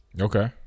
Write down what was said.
Okay